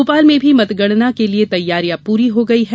भोपाल में भी मतगणना के लिये तैयारियां पूरी हो गई हैं